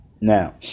Now